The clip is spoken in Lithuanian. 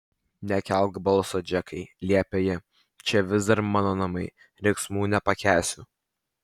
nekelk balso džekai liepė ji čia vis dar mano namai riksmų nepakęsiu